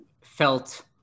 felt